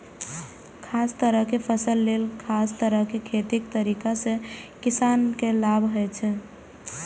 खास तरहक फसल लेल खास तरह खेतीक तरीका सं किसान के लाभ होइ छै